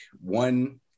one